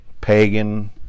pagan